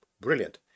brilliant